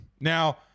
Now